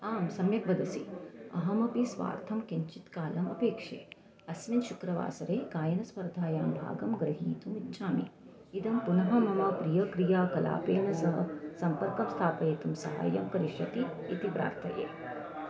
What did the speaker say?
आमं सम्यक् वदसि अहमपि स्वार्थं किञ्चित् कालम् अपेक्षे अस्मिन् शुक्रवासरे गायनस्पर्धायां भागं ग्रहीतुम् इच्छामि इदं पुनः मम प्रियक्रिया कलापेन सह सम्पर्कं स्थापयितुं सहाय्यं करिष्यति इति प्रार्थये